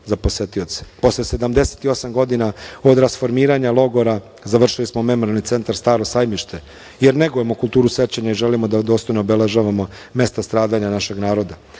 za posetioce. Posle 78 godina od rasformiranja logora, završili smo Memorijalni centar „Staro Sajmište“, jer negujemo kulturu sećanja i želimo da dostojno obeležavamo mesta stradanja našeg naroda.Za